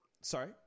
sorry